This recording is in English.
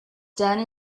done